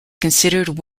considered